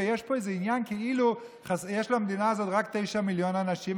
ויש פה איזה עניין כאילו יש למדינה הזאת רק תשעה מיליון אנשים,